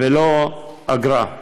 ולא אגרה.